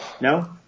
No